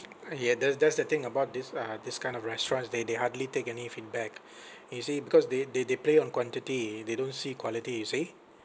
ya that's that's the thing about this uh these kind of restaurants they they hardly take any feedback you see because they they they play on quantity they don't see quality you see